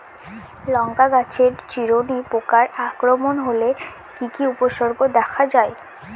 লঙ্কা গাছের চিরুনি পোকার আক্রমণ হলে কি কি উপসর্গ দেখা যায়?